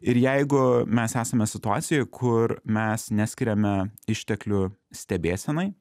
ir jeigu mes esame situacijoj kur mes neskiriame išteklių stebėsenai